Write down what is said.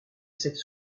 cette